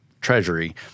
treasury